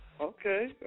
Okay